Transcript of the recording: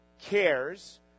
cares